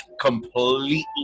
completely